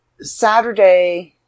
Saturday